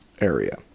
area